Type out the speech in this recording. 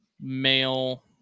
male